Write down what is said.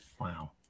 Wow